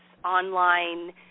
Online